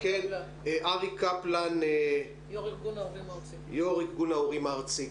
אריק קפלן, יו"ר ארגון ההורים הארצי.